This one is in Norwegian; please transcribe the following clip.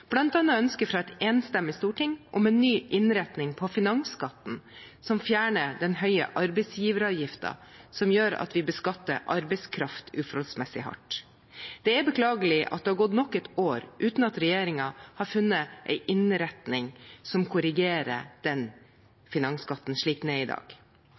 fra et enstemmig storting om en ny innretning på finansskatten som fjerner den høye arbeidsgiveravgiften som gjør at vi beskatter arbeidskraft uforholdsmessig hardt. Det er beklagelig at det har gått nok et år uten at regjeringen har funnet en innretning som korrigerer finansskatten slik den er i dag.